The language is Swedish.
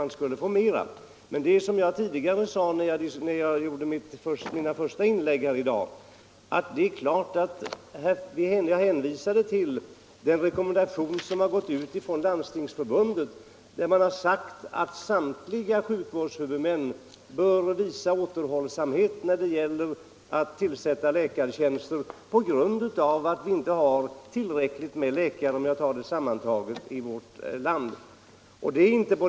Man kan naturligtvis önska ännu fler tjänster, men i mina första anföranden i dag hänvisade jag till rekommendationen från Landstingsförbundet att samtliga sjukvårdshuvudmän med hänsyn till läkarbristen i vårt land bör visa återhållsamhet vid tillsättningen av läkartjänster.